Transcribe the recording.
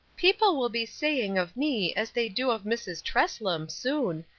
people will be saying of me, as they do of mrs. treslam, soon,